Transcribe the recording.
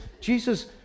Jesus